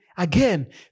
Again